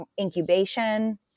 incubation